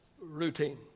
routine